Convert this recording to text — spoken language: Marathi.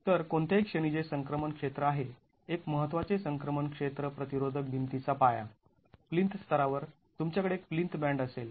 तर कोणत्याही क्षणी जे संक्रमण क्षेत्र आहे एक महत्त्वाचे संक्रमण क्षेत्र प्रतिरोधक भिंती चा पाया प्लिंथ स्तरावर तुमच्याकडे एक प्लिंथ बॅन्ड असेल